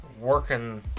working